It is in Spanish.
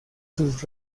sus